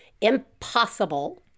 impossible